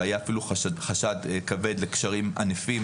והיה אפילו חשד כבד לקשרים ענפים